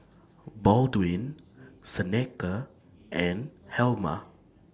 Baldwin Seneca and Helma